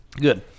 Good